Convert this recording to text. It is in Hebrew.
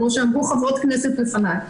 כמו שאמרו חברות כנסת לפני.